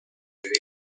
tres